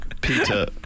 Peter